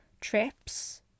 trips